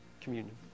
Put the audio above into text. communion